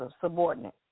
subordinate